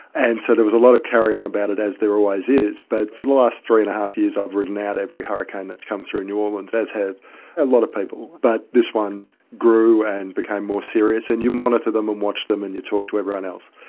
and so there was a lot of carry-on about it, as there always is. but for the last three and a half years, i've ridden out every hurricane that's come through new orleans, as have a lot of people. but this one grew, and became more serious, and you monitor them, and watch them, and you talk to everyone else.